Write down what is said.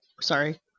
Sorry